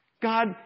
God